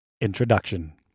Introduction